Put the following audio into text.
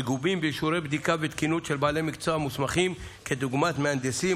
מגובים באישורי בדיקה ותקינות של בעלי מקצוע מוסמכים כדוגמת מהנדסים,